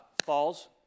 Falls